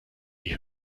die